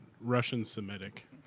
Russian-Semitic